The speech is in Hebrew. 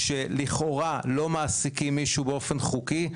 שלכאורה לא מעסיקים מישהו באופן חוקי,